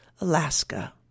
Alaska